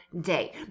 day